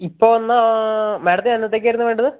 ഇപ്പം വന്നാൽ മാഡത്തിന് എന്നത്തേക്കായിരുന്നു വേണ്ടത്